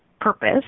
purpose